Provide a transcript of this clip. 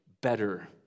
better